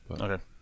Okay